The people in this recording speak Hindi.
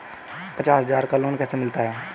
पचास हज़ार का लोन कैसे मिलता है?